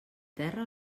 terra